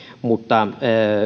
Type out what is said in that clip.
mutta